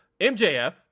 MJF